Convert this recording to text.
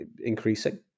increasing